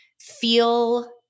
feel